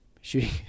shooting